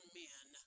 men